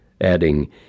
adding